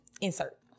insert